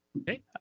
Okay